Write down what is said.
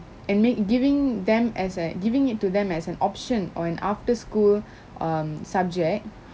and make giving them as a giving it to them as an option or an after school um subject